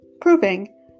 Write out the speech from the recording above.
proving